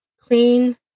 clean